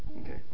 Okay